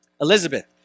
Elizabeth